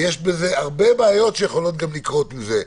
זה יכול לגרום להרבה בעיות,